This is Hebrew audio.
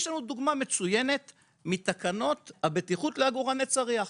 יש לנו דוגמה מצוינת מתקנות הבטיחות לעגורני צריח.